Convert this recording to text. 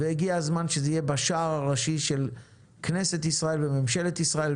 והגיע הזמן שזה יהיה בשער הראשי של כנסת ישראל וממשלת ישראל,